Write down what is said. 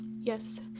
Yes